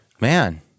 man